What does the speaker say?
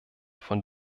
von